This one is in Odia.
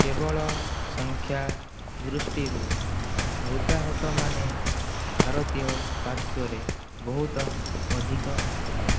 କେବଳ ସଂଖ୍ୟା ଦୃଷ୍ଟିରୁ ମୃତାହତ ମାନେ ଭାରତୀୟ ପାର୍ଶ୍ୱରେ ବହୁତ ଅଧିକ ଥିଲେ